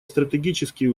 стратегические